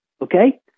okay